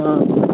हाँ